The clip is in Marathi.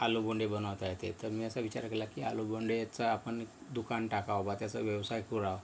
आलूगोंडे बनवता येते तर मी असा विचार केला की आलूगोंडेचा आपण दुकान टाकावं बा त्याचा व्यवसाय करावा